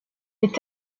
est